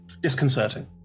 disconcerting